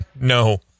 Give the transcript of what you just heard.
No